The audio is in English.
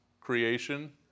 creation